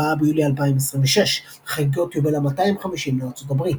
4 ביולי 2026 חגיגות יובל ה-250 לארצות הברית.